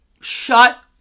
Shut